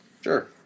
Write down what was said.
Sure